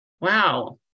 Wow